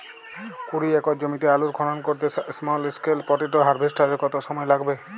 কুড়ি একর জমিতে আলুর খনন করতে স্মল স্কেল পটেটো হারভেস্টারের কত সময় লাগবে?